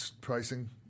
pricing